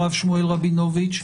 הרב שמואל רבינוביץ,